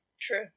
True